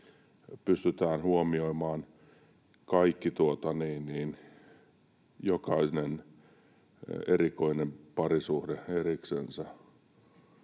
pystytään huomioimaan kaikki, jokainen erikoinen parisuhde, eriksensä.